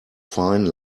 fine